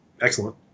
excellent